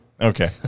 Okay